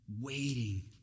Waiting